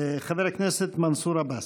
חבר הכנסת מנסור עבאס.